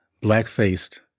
black-faced